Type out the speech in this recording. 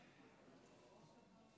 אורית,